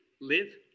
live